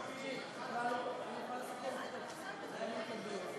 אבל הוא לא פה, מה אני יכול לעשות?